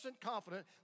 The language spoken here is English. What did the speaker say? confident